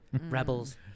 Rebels